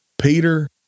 Peter